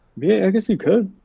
yeah, i guess you could.